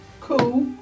Cool